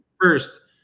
first